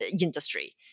industry